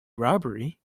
robbery